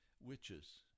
Witches